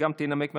שגם תנמק מהמקום.